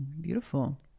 beautiful